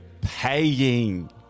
paying